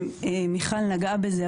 מיכל נגעה בזה,